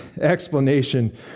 explanation